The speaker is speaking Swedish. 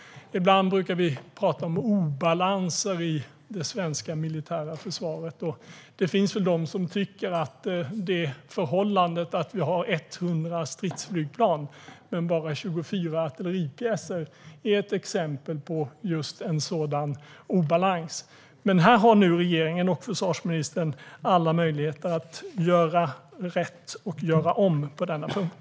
Ibland brukar vi prata om obalanser i det svenska militära försvaret. Det finns nog de som tycker att det förhållandet att vi har 100 stridsflygplan men bara 24 artilleripjäser är ett exempel på just en sådan obalans. Här har nu regeringen och försvarsministern alla möjligheter att göra rätt och göra om på denna punkt.